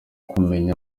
kumenya